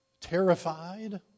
terrified